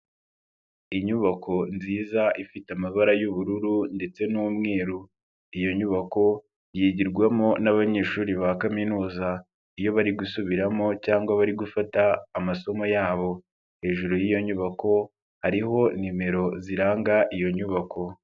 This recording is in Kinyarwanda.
Inyubako nziza ifite amabara y'ubururu ndetse n'umweru, iyo nyubako yigirwamo n'abanyeshuri ba kaminuza iyo bari gusubiramo cyangwa bari gufata amasomo yabo, hejuru y'iyo nyubako hariho nimero ziranga iyo nyubako.